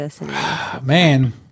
Man